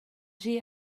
rhy